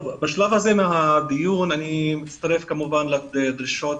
בשלב הזה של הדיון אני מצטרף כמובן לדרישות